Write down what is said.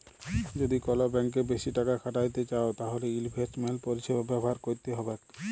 যদি কল ব্যাংকে বেশি টাকা খ্যাটাইতে চাউ তাইলে ইলভেস্টমেল্ট পরিছেবা ব্যাভার ক্যইরতে হ্যবেক